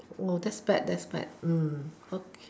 that's bad that's bad okay